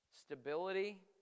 stability